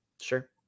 Sure